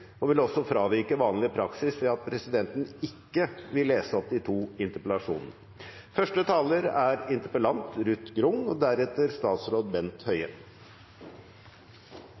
og vil også fravike vanlig praksis ved at presidenten ikke vil lese opp de to interpellasjonene. Norge har en åpen økonomi. Vi oppfordrer unge til å reise ut og